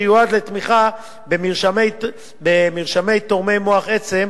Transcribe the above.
שיועד לתמיכה במרשמי תורמי מוח עצם,